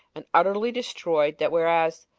and utterly destroyed that whereas,